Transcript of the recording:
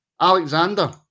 Alexander